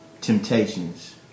Temptations